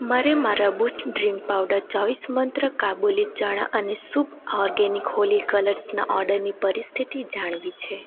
મારે મારા Boost drink powder ચોવીસ મંત્ર કાબુલી ચણા અને શુપ ઓર્ગેનિક હોળી કલર્સના ઓર્ડરની પરિસ્થિતિ જાણવી છે